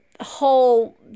whole